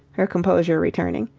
her composure returning.